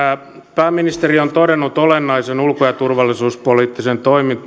pääministeri on todennut olennaisen ulko ja turvallisuuspoliittisen